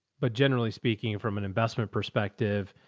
but generally speaking from an investment perspective,